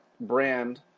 brand